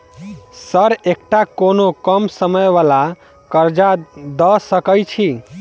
Sir एकटा कोनो कम समय वला कर्जा दऽ सकै छी?